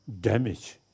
damage